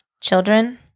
Children